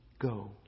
go